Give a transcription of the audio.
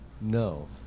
No